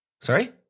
sorry